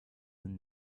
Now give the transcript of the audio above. and